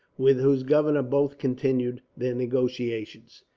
with whose governor both continued their negotiations.